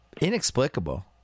Inexplicable